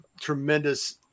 tremendous